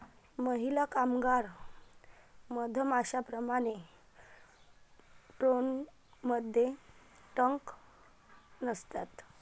महिला कामगार मधमाश्यांप्रमाणे, ड्रोनमध्ये डंक नसतात